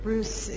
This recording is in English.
Bruce